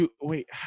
Wait